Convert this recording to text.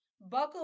buckle